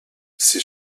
ses